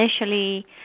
initially